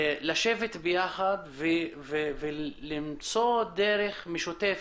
לשבת יחד ולמצוא דרך משותפת.